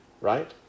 right